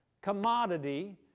commodity